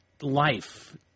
Life